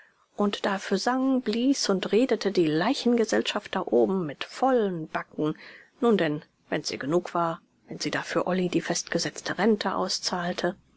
und dafür sang blies und redete die leichengesellschaft da oben mit vollen backen nun denn wenns ihr genug war wenn sie dafür olly die festgesetzte rente auszahlte